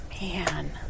Man